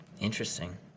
interesting